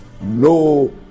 no